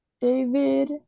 David